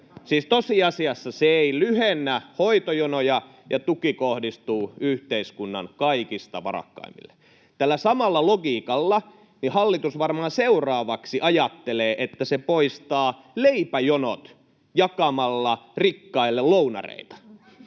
tosiasiassa se ei lyhennä hoitojonoja ja tuki kohdistuu yhteiskunnan kaikista varakkaimmille. Tällä samalla logiikalla hallitus varmaan seuraavaksi ajattelee, että se poistaa leipäjonot jakamalla rikkaille lounareita.